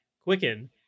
Quicken